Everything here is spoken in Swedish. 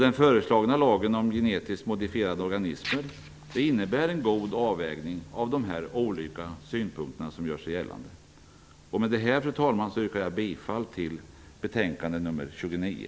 Den föreslagna lagen om genetiskt modifierade organismer innebär en god avvägning av de olika synpunkter som gör sig gällande. Med detta, fru talman, yrkar jag bifall till hemställan i betänkande JoU29.